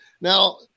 Now